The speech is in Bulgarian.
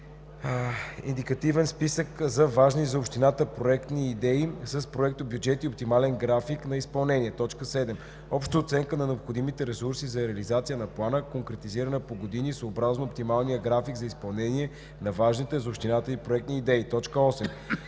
индикативен списък за важни за общината проектни идеи с проектобюджети и оптимален график на изпълнение; 7. обща оценка на необходимите ресурси за реализация на плана, конкретизирана по години съобразно оптималния график за изпълнение на важните за общината проектни идеи; 8.